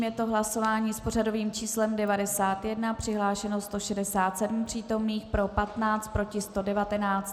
Je to hlasování s pořadovým číslem 91, přihlášeno 167 přítomných, pro 15, proti 119.